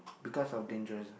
because of dangerous